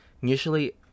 usually